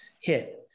hit